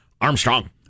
Armstrong